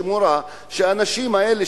שמורה שהאנשים האלה,